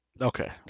Okay